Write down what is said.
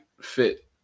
fit